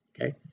Okay